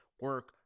Work